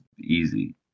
Easy